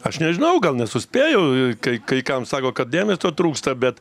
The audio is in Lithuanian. aš nežinau gal nesuspėju a kai kai kam sako kad dėmesio trūksta bet